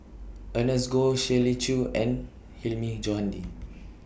Ernest Goh Shirley Chew and Hilmi Johandi